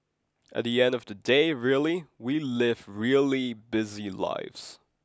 at the end of the day really we live really busy lives